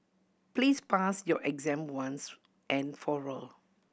please pass your exam once and for all